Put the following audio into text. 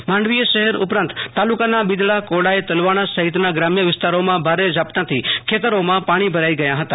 માંડવી શહેર ઉપરાંત તાલુકાના બિદડાકોડાતલવાણા સહિતના ગ્રામ્ય વિસ્તારોમાં ભારે ઝાપટાંથી ખેતરોમાં પાણી ભરાઈ ગયા હતા